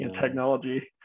technology